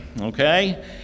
Okay